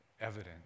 evident